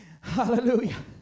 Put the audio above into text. Hallelujah